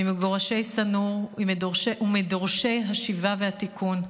ממגורשי שא-נור ומדורשי השיבה והתיקון,